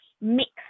mix